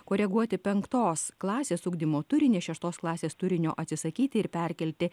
koreguoti penktos klasės ugdymo turinį šeštos klasės turinio atsisakyti ir perkelti